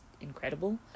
incredible